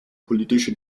politische